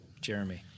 Jeremy